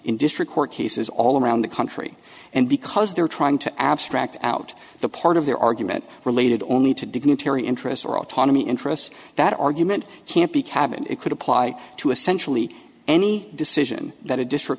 in district court cases all around the country and because they're trying to abstract out the part of their argument related only to dignitary interests or autonomy interests that argument can't be kavin it could apply to essentially any decision that a district